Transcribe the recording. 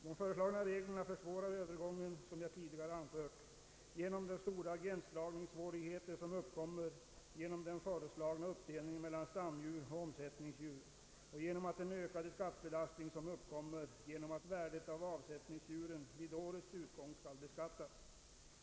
De föreslagna reglerna försvårar övergången, som jag tidigare anfört, genom de stora gränsdragningssvårigheter som uppkommer på grund av den föreslagna uppdelningen mellan stamdjur och omsättningsdjur och på grund av den ökade skattebelastning som uppkommer genom att värdet av avsättningsdjuren vid årets utgång skall beskattas.